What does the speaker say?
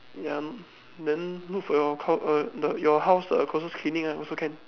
ya then look for your clo~ err the you house err closest clinic lah also can